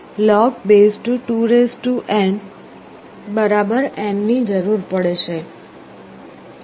મને n steps ની જરૂર છે